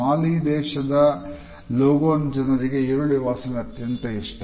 ಮಾಲಿ ಪ್ರದೇಶದ ಲೋಗೊನ್ ಜನರಿಗೆ ಈರುಳ್ಳಿ ವಾಸನೆ ಅತ್ಯಂತ ಇಷ್ಟ